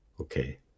Okay